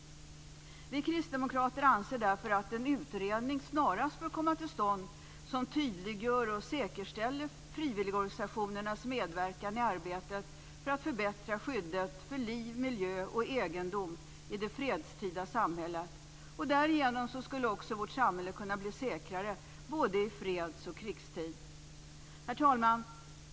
Vi kristdemokrater anser därför att en utredning snarast bör komma till stånd som tydliggör och säkerställer frivilligorganisationernas medverkan i arbetet för att förbättra skyddet för liv, miljö och egendom i det fredstida samhället. Därigenom skulle också vårt samhälle kunna bli säkrare både i freds och krigstid. Herr talman!